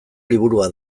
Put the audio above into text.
liburua